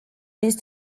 least